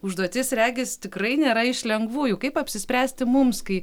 užduotis regis tikrai nėra iš lengvųjų kaip apsispręsti mums kai